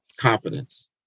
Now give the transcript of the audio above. Confidence